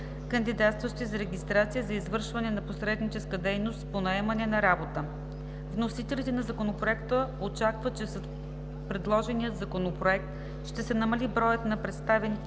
кандидатстващи за регистрация за извършване на посредническа дейност по наемане на работа. Вносителите на Законопроекта очакват, че с предложения Законопроект ще се намали броят на представяните